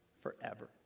forever